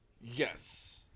Yes